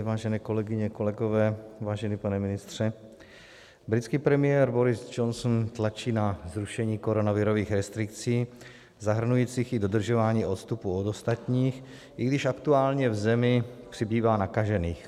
Vážené kolegyně, kolegové, vážený pane ministře, britský premiér Boris Johnson tlačí na zrušení koronavirových restrikcí zahrnujících i dodržování odstupu od ostatních, i když aktuálně v zemi přibývá nakažených.